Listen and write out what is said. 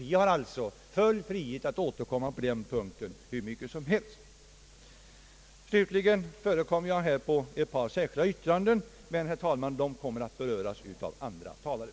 Vi har alltså full frihet att återkomma till denna punkt så mycket som helst. Slutligen: förekommer jag på ett par särskilda yttranden, men, herr talman, de kommer att beröras av andra talare.